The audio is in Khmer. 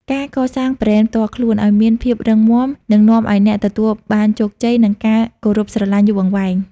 ការកសាងប្រេនផ្ទាល់ខ្លួន ឱ្យមានភាពរឹងមាំ នឹងនាំឱ្យអ្នកទទួលបានជោគជ័យ និងការគោរពស្រឡាញ់យូរអង្វែង។